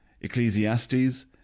Ecclesiastes